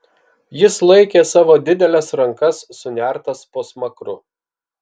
jis laikė savo dideles rankas sunertas po smakru